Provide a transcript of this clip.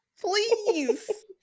please